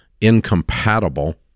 incompatible